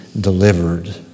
delivered